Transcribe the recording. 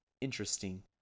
interesting